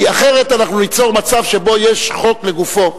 כי אחרת אנחנו ניצור מצב שבו יש חוק לגופו.